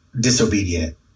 disobedient